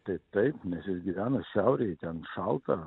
tai taip nes jis gyvena šiaurėj ten šalta